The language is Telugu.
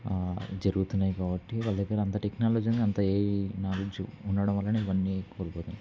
జరుగుతున్నాయి కాబట్టి వాళ్ళ దగ్గర అంత టెక్నాలజీ ఉంది అంత ఏఐ నాలెడ్జ్ ఉండడం వల్లనే ఇవన్నీ కోల్పోతున్నాయి